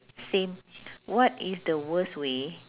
same what is the worst way